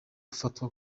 ufatwa